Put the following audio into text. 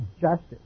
justice